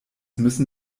müssen